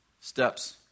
Steps